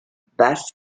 basse